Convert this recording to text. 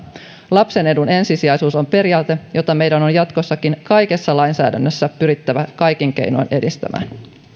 lapsen edun ensisijaisuus on periaate jota meidän on on jatkossakin kaikessa lainsäädännössä pyrittävä kaikin keinoin edistämään